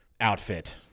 outfit